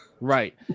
Right